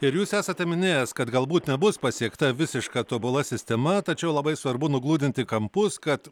ir jūs esate minėjęs kad galbūt nebus pasiekta visiška tobula sistema tačiau labai svarbu nugludinti kampus kad